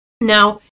Now